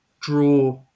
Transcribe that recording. draw